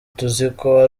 tuziko